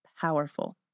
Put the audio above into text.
powerful